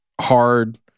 hard